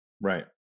Right